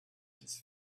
his